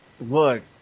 look